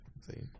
See